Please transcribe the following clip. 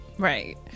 Right